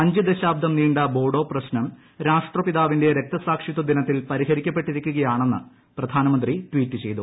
അഞ്ച് ദശാബ്ദം നീണ്ട ബോഡോ പ്രശ്നം രാഷ്ട്രപിതാവിന്റെ രക്തസാക്ഷിത്വ ദിനത്തിൽ പരിഹരിക്ക പ്പെട്ടിരിക്കുകയാണെന്ന് പ്രധാനമന്ത്രി ട്വീറ്റ് ചെയ്തു